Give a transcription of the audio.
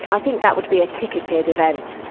i think that would be a ticketed event.